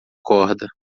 corda